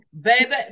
Baby